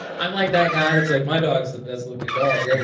i'm like that guy that's like. my dog is the best looking dog ever.